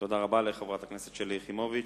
תודה רבה לחברת הכנסת שלי יחימוביץ.